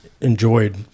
enjoyed